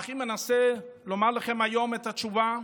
אך אם אנסה לומר לכם היום את התשובה,